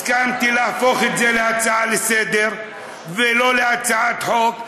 הסכמתי להפוך את זה להצעה לסדר-היום ולא להצעת חוק,